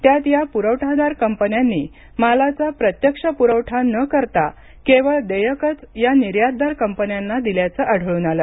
त्यात या पुरवठादार कंपन्यांनी मालाचा प्रत्यक्ष पुरवठा न करता केवळ देयकंच या निर्यातदार कंपन्यांना दिल्याचं आढळून आलं